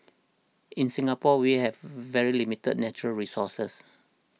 in Singapore we have very limited natural resources